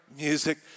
music